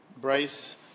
Bryce